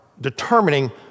determining